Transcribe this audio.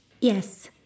Yes